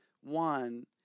One